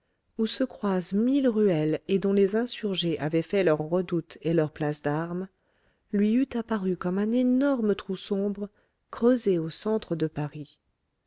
où se croisent mille ruelles et dont les insurgés avaient fait leur redoute et leur place d'armes lui eût apparu comme un énorme trou sombre creusé au centre de paris